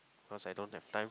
cause I don't have time